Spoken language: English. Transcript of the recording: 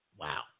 Wow